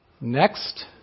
Next